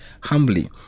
humbly